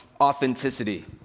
authenticity